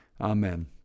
Amen